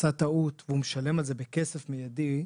עשה טעות והוא משלם על זה בכסף מיידי,